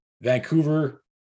Vancouver